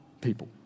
people